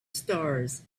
stars